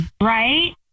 Right